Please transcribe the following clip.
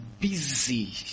busy